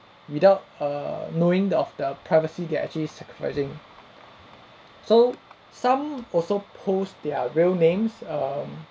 without err knowing the of the privacy they're actually sacrificing so some also post their real names um